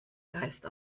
geist